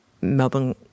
Melbourne